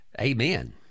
Amen